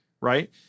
right